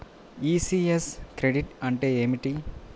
ECS credit అంటే ఏమిటి?